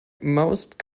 most